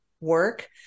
work